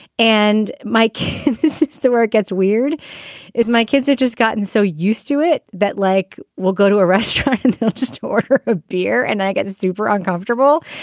and mike sits there where it gets weird is my kids, it just gotten so used to it that like we'll go to a restaurant and they'll just order a beer and i get the super uncomfortable.